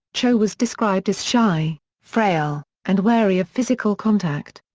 cho was described as shy, frail, and wary of physical contact.